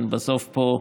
בסוף פה,